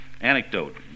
anecdote